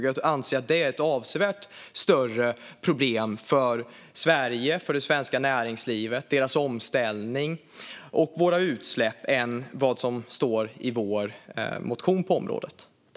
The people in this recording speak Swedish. Jag anser att det är ett avsevärt större problem för Sverige, för det svenska näringslivet och dess omställning och för våra utsläpp än vad som står i vår motion på området.